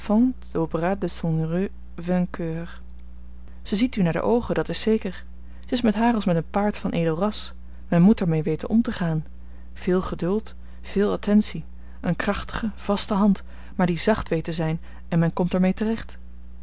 heureux vainqueur zij ziet u naar de oogen dat is zeker t is met haar als met een paard van edel ras men moet er mee weten om te gaan veel geduld veel attentie een krachtige vaste hand maar die zacht weet te zijn en men komt er mee terecht